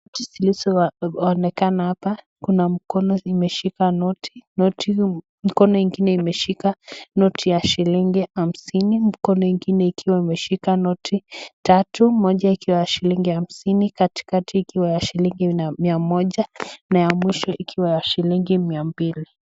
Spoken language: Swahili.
Zilizo onekana hapa kuna mkono imeshika noti mkono ingine umeshika noti ya shillingi hamsini mkono ingine ukiwa umeshika noti tatu moja ikiwa ya shillingi hamsini katikati ikiwa mia moja na ya mwisho ikiwa ya shillingi mia mbili.